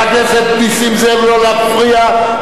ההצעה להסיר מסדר-היום את הצעת חוק חובת